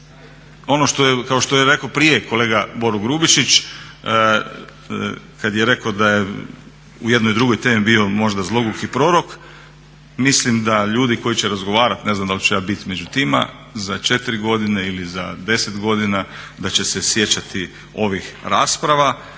kao što je rekao prije kolega Boro Grubišić kad je rekao da je u jednoj drugoj temi bio možda zloguki prorok mislim da ljudi koji će razgovarati ne znam da li ću ja biti među tima za 4 godine ili za 10 godina da će se sjećati ovih rasprava